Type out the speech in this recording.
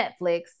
Netflix